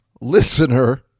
listener